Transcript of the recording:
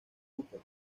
cooper